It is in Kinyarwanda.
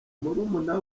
murumuna